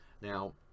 Now